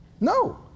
No